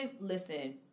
listen